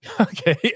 Okay